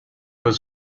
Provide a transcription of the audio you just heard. was